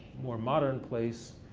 more modern place.